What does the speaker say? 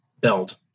build